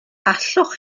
allwch